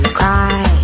cry